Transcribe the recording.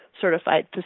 certified